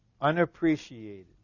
unappreciated